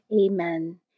Amen